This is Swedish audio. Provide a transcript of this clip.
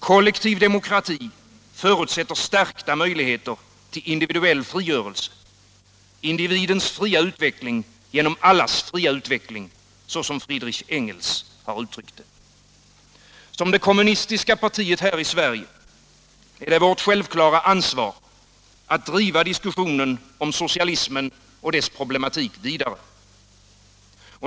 Kollektiv demokrati förutsätter stärkta möjligheter till individuell frigörelse — individens fria utveckling genom allas fria utveckling, som Friedrich Engels uttryckte det. Som det kommunistiska partiet i Sverige är det vårt självklara ansvar att driva diskussionen om socialismen och dess problem vidare.